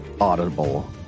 audible